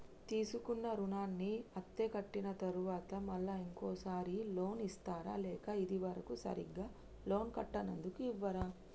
తీసుకున్న రుణాన్ని అత్తే కట్టిన తరువాత మళ్ళా ఇంకో సారి లోన్ ఇస్తారా లేక ఇది వరకు సరిగ్గా లోన్ కట్టనందుకు ఇవ్వరా?